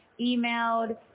emailed